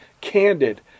candid